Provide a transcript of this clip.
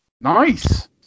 Nice